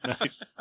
Nice